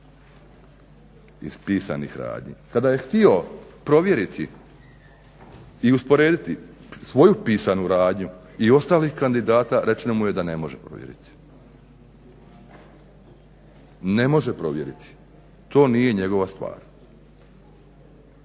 tzv. pisanih radnji. Kada je htio provjeriti i usporediti svoju pisanu radnju i ostalih kandidata rečeno mu je da ne može provjeriti. Ne može provjeriti, to nije njegova stvar.